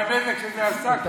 הנזק שזה עשה,